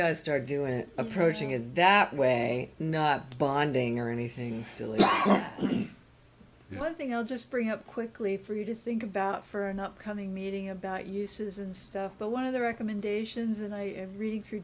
guys start doing it approaching in that way not bonding or anything silly one thing i'll just bring up quickly for you to think about for an upcoming meeting about uses and stuff but one of the recommendations and i am reading through